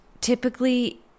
Typically